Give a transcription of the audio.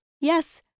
yes